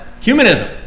humanism